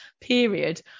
period